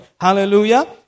Hallelujah